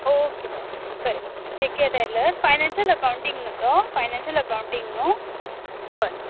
okay बंरे बरें जे के डेलर फायनेंनशल अकांउटींग नू तो फायनेंनशल अकांउटींग नू हय